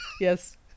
Yes